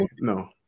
no